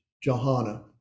Johanna